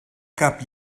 cap